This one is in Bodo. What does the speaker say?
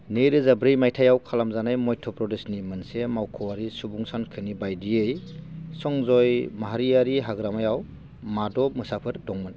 नैरोजा ब्रै मायथायाव खालामजानाय मध्य' प्रदेशनि मोनसे मावख'आरि सुबुंसानखोनि बायदियै सन्जय माहारियारि हाग्रामायाव माद' मोसाफोर दंमोन